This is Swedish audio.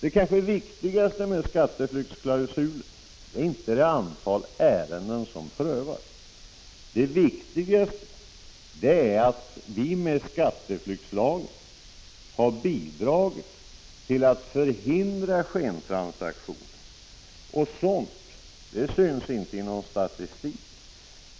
Det kanske viktigaste med skatteflyktsklausulen är inte det antal ärenden som har prövats. Det viktigaste med den är att den har bidragit till att förhindra skentransaktioner. Sådant syns inte i någon statistik,